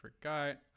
forgot